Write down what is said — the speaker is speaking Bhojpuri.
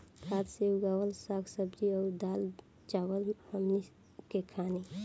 खाद से उगावल साग सब्जी अउर दाल चावल हमनी के खानी